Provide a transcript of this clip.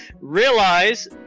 Realize